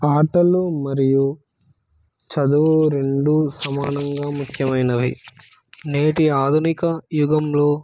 ఆటలు మరియు చదువు రెండు సమానంగా ముఖ్యమైనవి నేటి ఆధునిక యుగంలో